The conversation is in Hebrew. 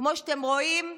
כמו שאתם רואים,